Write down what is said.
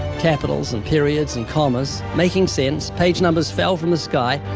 capitals, and periods, and commas, making sense? page numbers fell from the sky,